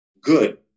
good